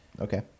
Okay